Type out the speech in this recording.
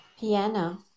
Piano